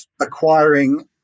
acquiring